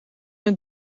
een